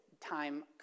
time